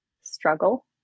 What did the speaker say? struggle